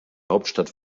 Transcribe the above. hauptstadt